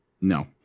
No